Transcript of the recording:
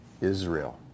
Israel